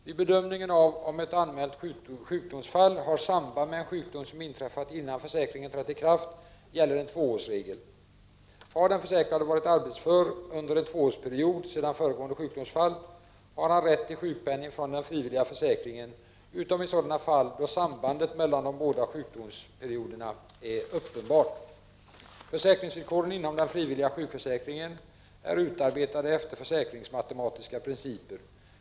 Vid bedömningen av om ett anmält sjukdomsfall har samband med en sjukdom som inträffat innan försäkringen trätt i kraft gäller en tvåårsregel. Har den försäkrade varit arbetsför under en tvåårsperiod sedan föregående sjukdomsfall har han rätt till sjukpenning från den frivilliga försäkringen, utom i sådana fall då sambandet mellan de båda sjukdomsperioderna är uppenbart. Försäkringsvillkoren inom den frivilliga sjukförsäkringen är utarbetade efter försäkringsmatematiska principer.